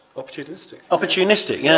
opportunistic. opportunistic. yes,